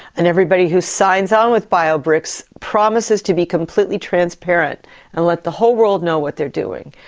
and everybody who signs on with biobricks promises to be completely transparent and let the whole world know what they're doing.